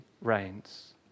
reigns